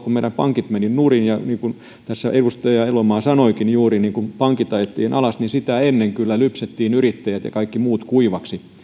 kun meidän pankit menivät nurin ja niin kuin tässä edustaja elomaa juuri sanoikin ajettiin alas niin sitä ennen kyllä lypsettiin yrittäjät ja kaikki muut kuivaksi